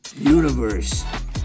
universe